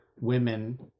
women